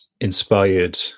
inspired